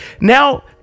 Now